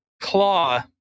claw